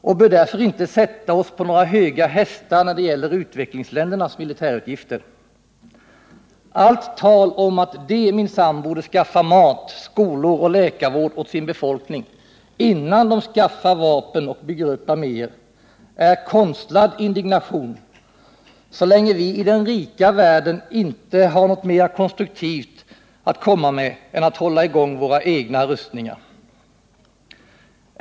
Vi bör därför inte sätta oss på några höga hästar när det gäller utvecklingsländernas militärutgifter. Allt tal om att dessa minsann borde skaffa mat, skolor och läkarvård åt sin befolkning, innan de skaffar vapen och bygger upp arméer, är konstlad indignation så länge vi i den rika världen inte företar oss något mera konstruktivt än att hålla i gång våra egna rustningar.